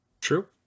True